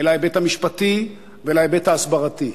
אל ההיבט המשפטי ואל ההיבט ההסברתי.